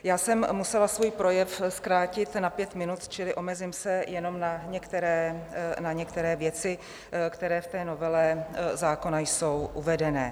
Já jsem musela svůj projev zkrátit na pět minut, čili omezím se jenom na některé věci, které v té novele zákona jsou uvedené.